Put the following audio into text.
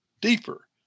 deeper